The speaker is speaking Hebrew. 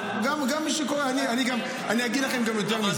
אגיד לכם גם יותר מזה.